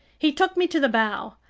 he took me to the bow,